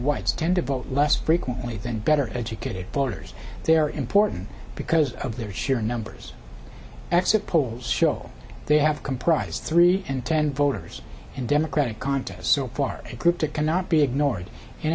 to vote less frequently than better educated voters they're important because of their sheer numbers exit polls show they have comprised three in ten voters in democratic contests so far a group that cannot be ignored in